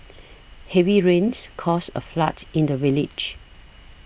heavy rains caused a flood in the village